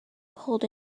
pulled